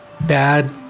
Bad